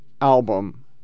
album